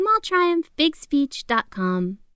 smalltriumphbigspeech.com